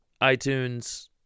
iTunes